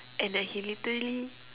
and then he literally